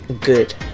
good